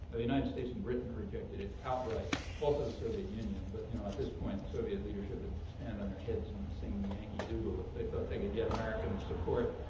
the united states and britain rejected it outright. also the soviet union, but you know at this point soviet leadership would stand on their heads and sing yankee doodle if they thought they could get american support.